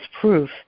proof